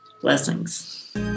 Blessings